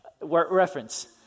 reference